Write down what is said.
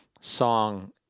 song